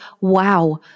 wow